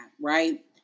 right